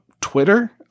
Twitter